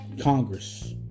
Congress